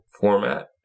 format